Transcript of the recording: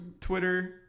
twitter